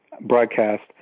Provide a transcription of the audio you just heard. broadcast